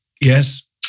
Yes